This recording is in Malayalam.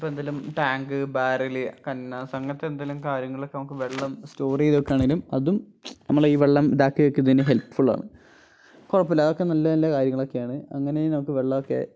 ഇപ്പോള് എന്തേലും ടാങ്ക് ബാരല് കന്നാസ് അങ്ങനത്തെ എന്തേലും കാര്യങ്ങളിലൊക്കെ നമുക്ക് വെള്ളം സ്റ്റോര് ചെയ്തുവയ്ക്കുകയാണേലും അതും നമ്മളീ വെള്ളം ഇതാക്കിവയ്ക്കുന്നതിനു ഹെൽപ്ഫുള്ളാണ് കുഴപ്പമില്ല അതൊക്കെ നല്ല നല്ല കാര്യങ്ങളൊക്കെയാണ് അങ്ങനെ നമുക്ക് വെള്ളമൊക്കെ